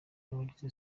abagize